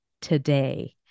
today